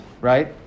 right